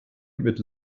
mit